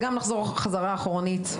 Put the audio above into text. וגם נחזור חזרה אחורנית.